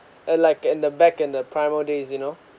and like and the back and the primal days you know